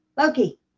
Loki